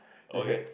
okay